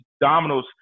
dominoes